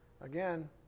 Again